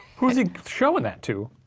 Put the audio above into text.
who's he showing that to?